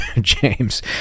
James